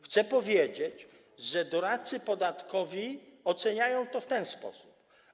Chcę powiedzieć, że doradcy podatkowi oceniają to w ten sposób: